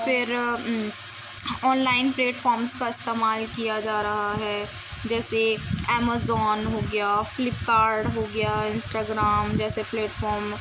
پھر online platforms کا استعمال کیا جا رہا ہے جیسے امیزون ہو گیا فلپ کارٹ ہو گیا انسٹاگرام جیسے پلیٹ فارم